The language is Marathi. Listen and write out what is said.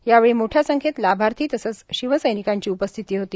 यावेळी मोठ्या संख्येत लाभार्थी तसेच शिवसैनिकांची उपस्थिती होती